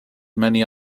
many